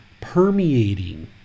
permeating